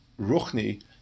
Ruchni